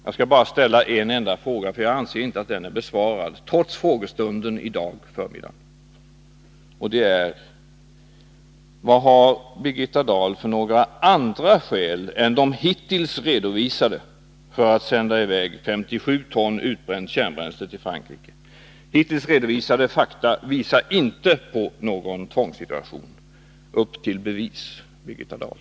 Jag skall bara ställa en enda fråga, för jag anser inte att den är besvarad, trots frågestunden i dag på förmiddagen. Vad har Birgitta Dahl för andra skäl än de hittills redovisade att sända i väg 57 ton utbränt kärnbränsle till Frankrike? Hittills redovisade fakta visar inte på någon tvångssituation. Upp till bevis, Birgitta Dahl!